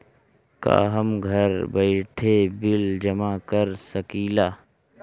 का हम घर बइठे बिल जमा कर शकिला?